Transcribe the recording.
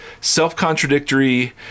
self-contradictory